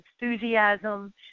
enthusiasm